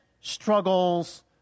struggles